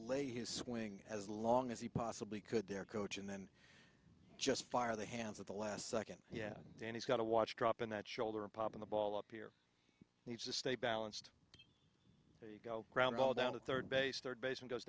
delay his swing as long as he possibly could there coach and then just fire the hands of the last second yeah he's got to watch drop in that shoulder a pop in the ball up here needs to stay balanced you go ground ball down to third base third baseman goes